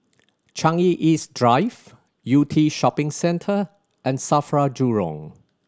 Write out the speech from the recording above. Changi East Drive Yew Tee Shopping Centre and SAFRA Jurong